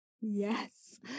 Yes